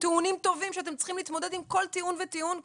טיעונים טובים שאתם צריכים להתמודד עם כל טיעון וטיעון כאן,